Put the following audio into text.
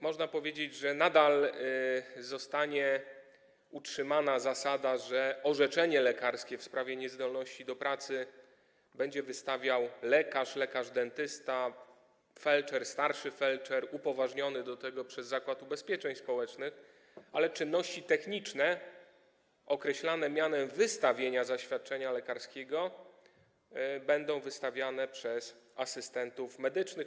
Można powiedzieć, że zostanie utrzymana zasada, że orzeczenie lekarskie w sprawie niezdolności do pracy będą mogli wystawić lekarz, lekarz dentysta, felczer i starszy felczer upoważnieni do tego przez Zakład Ubezpieczeń Społecznych, ale czynności techniczne określane mianem wystawienia zaświadczenia lekarskiego będą wykonywane przez asystentów medycznych.